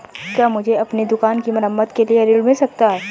क्या मुझे अपनी दुकान की मरम्मत के लिए ऋण मिल सकता है?